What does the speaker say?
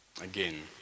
again